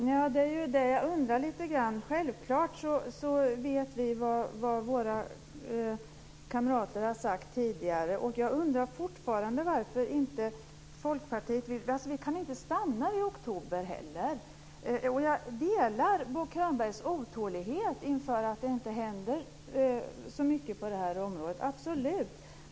Fru talman! Det är ju det som jag undrar lite grann över. Självklart vet vi vad våra kamrater har sagt tidigare. Vi kan inte stanna vid oktober. Jag delar Bo Könbergs otålighet över att det inte händer så mycket på det här området, absolut.